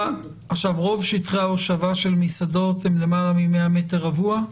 רוב שטחי ההושבה של מסעדות הם למעלה מ-100 מטר רבוע?